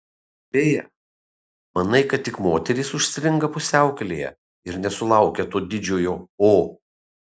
beje manai kad tik moterys užstringa pusiaukelėje ir nesulaukia to didžiojo o